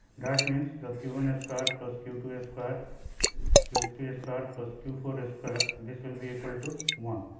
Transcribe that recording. that means, the q one and a square plus q two a a square q three a square plus q four a square. this will be equal to one